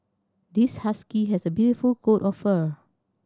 this husky has a beautiful coat of fur